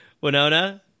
Winona